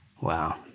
Wow